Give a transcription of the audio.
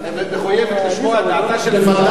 מחויבת לשמוע את דעתה של הממשלה,